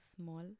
small